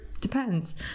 Depends